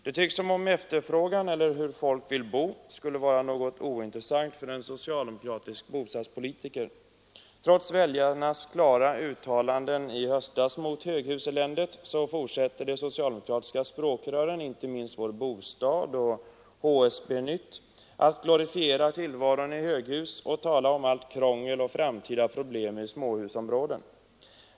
Det tycks som om efterfrågan eller frågan om hur folk vill bo skulle vara något ointressant för en socialdemokratisk bostadspolitiker. Trots väljarnas klara uttalanden i höstas mot höghuseländet, så fortsätter de socialdemokratiska språkrören — inte minst Vår Bostad och HSB-Nytt — att glorifiera tillvaron i höghus och att tala om allt krångel och framtida problem i småhusområden.